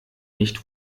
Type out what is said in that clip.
nicht